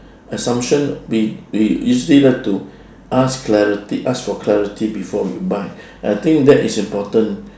assumption we we usually like to ask clarity ask for clarity before we buy I think that is important